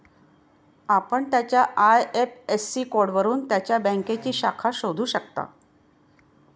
आपण त्याच्या आय.एफ.एस.सी कोडवरून त्याच्या बँकेची शाखा शोधू शकता